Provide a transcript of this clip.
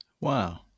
Wow